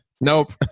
nope